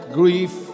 grief